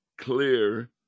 Clear